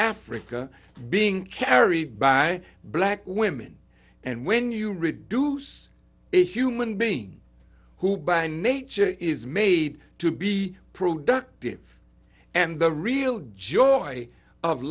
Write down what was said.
africa being carried by black women and when you reduce a human being who by nature is made to be productive and the real joy of